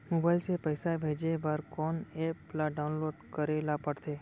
Mobile से पइसा भेजे बर कोन एप ल डाऊनलोड करे ला पड़थे?